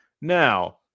Now